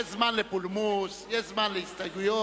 יש זמן לפולמוס, יש זמן להסתייגויות.